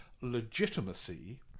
legitimacy